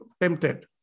tempted